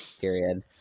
Period